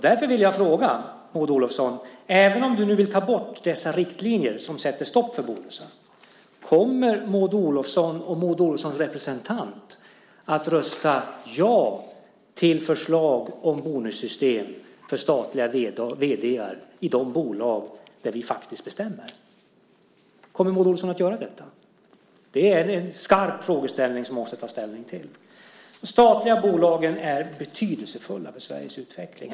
Därför vill jag nu fråga Maud Olofsson även om hon nu vill ta bort dessa riktlinjer som sätter stopp för bonusar: Kommer Maud Olofsson och Maud Olofssons representant att rösta ja till förslag om bonussystem för statliga vd:ar i de bolag där vi faktiskt bestämmer? Kommer Maud Olofsson att göra detta? Det är en skarp frågeställning som hon måste ta ställning till. De statliga bolagen är betydelsefulla för Sveriges utveckling.